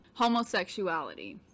homosexuality